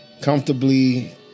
Comfortably